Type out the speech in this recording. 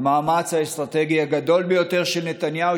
המאמץ האסטרטגי הגדול ביותר של נתניהו,